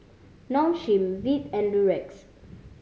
Nong Shim Veet and Durex